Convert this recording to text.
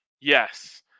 Yes